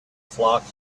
flock